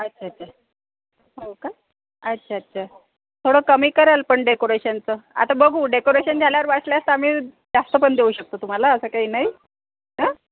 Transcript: अच्छा अच्छा हो का अच्छा अच्छा थोडं कमी कराल पण डेकोरेशनचं आता बघू डेकोरेशन झाल्यावर वाटल्यास आम्ही जास्त पण देऊ शकतो तुम्हाला असं काही नाही हा